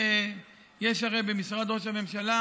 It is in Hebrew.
יש הרי, במשרד ראש הממשלה